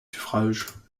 suffrages